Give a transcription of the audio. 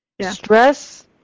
Stress